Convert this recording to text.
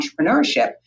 entrepreneurship